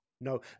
no